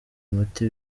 umuti